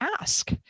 ask